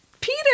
Peter